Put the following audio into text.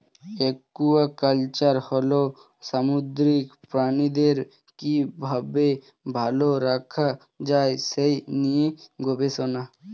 aquaculture হল সামুদ্রিক প্রাণীদের কি ভাবে ভালো রাখা যায় সেই নিয়ে গবেষণা